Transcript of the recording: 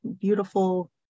beautiful